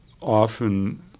often